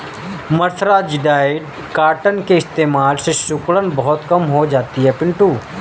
mercerised cotton के इस्तेमाल से सिकुड़न बहुत कम हो जाती है पिंटू